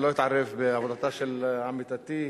אני לא אתערב בעבודתה של עמיתתי,